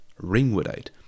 Ringwoodite